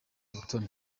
butoni